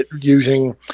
using